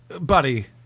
buddy